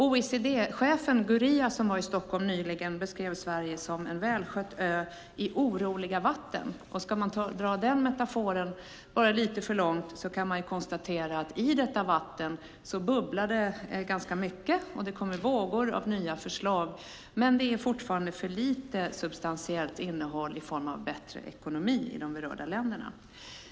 OECD-chefen Gurria som nyligen var i Stockholm beskrev Sverige som en välskött ö i oroliga vatten. Utan att dra den metaforen för långt kan man konstatera att i detta vatten bubblar det ganska mycket. Det kommer vågor av nya förslag. Men det är fortfarande för lite substantiellt innehåll i form av bättre ekonomi i de berörda länderna.